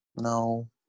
No